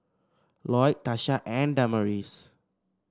Loyd Tasha and Damaris